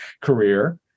career